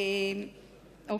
נא